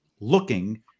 looking